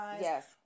Yes